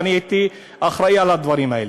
והייתי אחראי לדברים האלה.